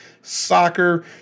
soccer